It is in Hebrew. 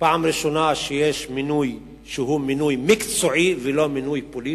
פעם ראשונה שיש מינוי שהוא מינוי מקצועי ולא מינוי פוליטי.